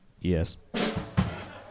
Yes